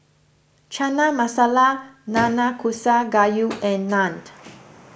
Chana Masala Nanakusa Gayu and Naaned